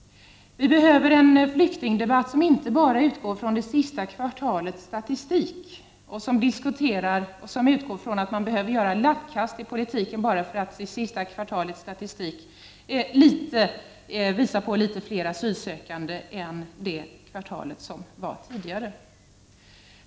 Vi behöver en flyktingdebatt som inte bara utgår från det senaste kvartalets statistik, dvs. innebär att man måste göra lappkast i politiken bara på grund av att det senaste kvartalets statistik visar en liten ökning av antalet asylsökande jämfört med föregående kvartal.